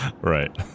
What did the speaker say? Right